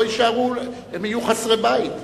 הם יהיו חסרי בית.